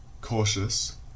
cautious